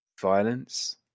violence